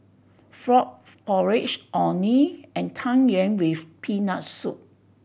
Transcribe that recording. frog porridge Orh Nee and Tang Yuen with Peanut Soup